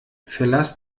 verlass